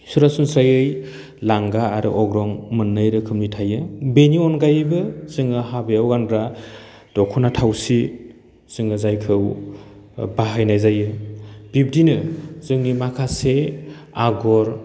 सरासनस्रायै लांगा आरो अग्रं मोन्नै रोखोमनि थायो बेनि अनगायैबो जोङो हाबायाव गानग्रा दख'ना थावसि जोङो जायखौ बा बाहायनाय जायो बिब्दिनो जोंनि माखासे आगर